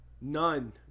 none